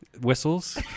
Whistles